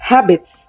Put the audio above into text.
Habits